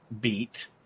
beat